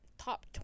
top